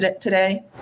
today